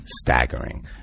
staggering